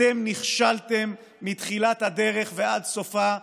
אתם נכשלתם מתחילת הדרך ועד סופה,